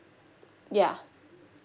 ya